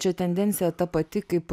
čia tendencija ta pati kaip